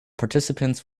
participants